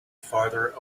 farther